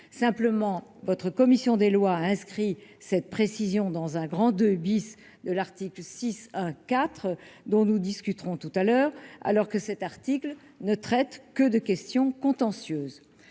simplement votre commission des lois a inscrit cette précision dans un grand de bis de l'article 6 1 4 E dont nous discuterons tout à l'heure alors que cet article ne traite que de questions contentieuses,